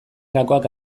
gakoak